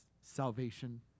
salvation